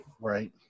Right